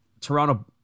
Toronto